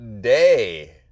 day